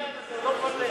הוא לא מפטר,